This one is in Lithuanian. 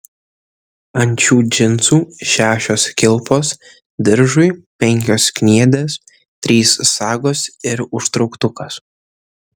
ant šių džinsų šešios kilpos diržui penkios kniedės trys sagos ir užtrauktukas